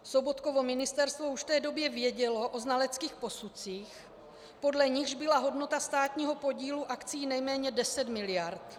Sobotkovo ministerstvo už v té době vědělo o znaleckých posudcích, podle nichž byla hodnota státního podílu akcií nejméně 10 mld.